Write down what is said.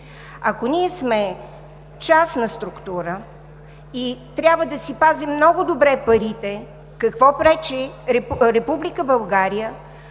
Ако ние сме частна структура и трябва да си пазим много добре парите, какво пречи